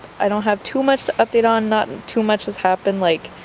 i don't have too much to update on, not too much has happened like